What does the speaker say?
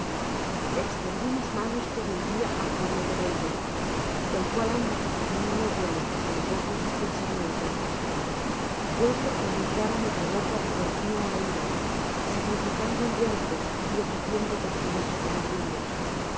extendí mis manos todo el día á pueblo rebelde el cual anda por camino no bueno en pos de sus pensamientos pueblo que en mi cara me provoca de continuo á ira sacrificando en huertos y ofreciendo perfume sobre ladrillos